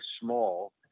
small